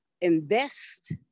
invest